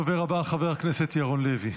הדובר הבא, חבר הכנסת ירון לוי.